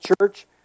Church